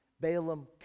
Balaam